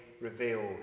revealed